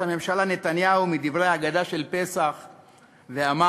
הממשלה נתניהו מדברי ההגדה של פסח ואמר: